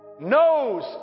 knows